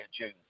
June